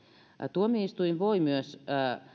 tuomioistuin voi myös